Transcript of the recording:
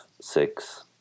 six